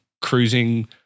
cruising